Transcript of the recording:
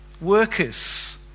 workers